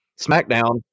SmackDown